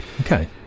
Okay